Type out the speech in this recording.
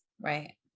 Right